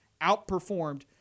outperformed